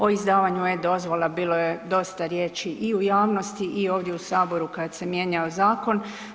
O izdavanju e-Dozvola bilo je dosta riječi i u javnosti i ovdje u Saboru kad se mijenjao zakon.